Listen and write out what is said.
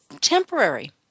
temporary